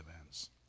events